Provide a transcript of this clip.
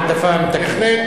העדפה מתקנת.